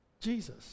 Jesus